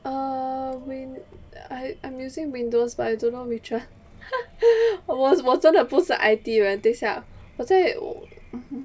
err win I I'm using windows but I don't know which one 我真的不是 I_T 人等一下我在